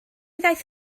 ddaeth